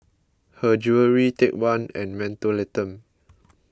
Her Jewellery Take one and Mentholatum